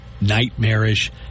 nightmarish